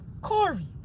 Corey